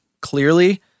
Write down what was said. clearly